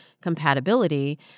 compatibility